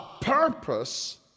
purpose